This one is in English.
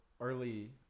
early